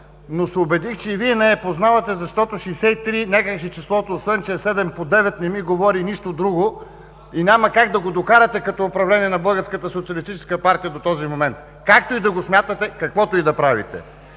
Но се убедих, че и Вие не я познавате, защото някак си числото 63, освен че е 7 по 9, не ми говори нищо друго и няма как да го докарате като управление на Българската социалистическа партия до този момент, както и да го смятате, каквото и да правите.